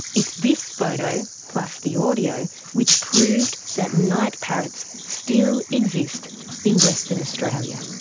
it's this photo, plus the audio which proved that night parrots still exist in western australia.